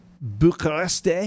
Bucharest